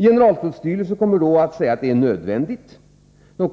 Generaltullstyrelsen kommer då att säga att det är nödvändigt och